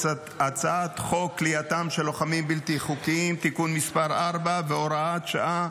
הצעת חוק כליאתם של לוחמים בלתי חוקיים (תיקון מס' 4 והוראת שעה,